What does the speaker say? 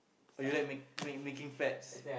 or you like make make making pets